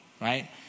right